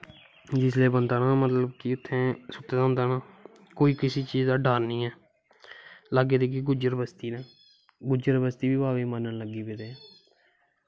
जिसले मतलव की ना बंदा उत्थें सुत्ते दा होंदा ना कोई कुसे चीज़ दा डर नी ऐ लाग्ग ैधीगै गुज्जर बस्तियां गुज्जर बस्तियें च मन लग्गी जंदा ऐ